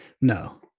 No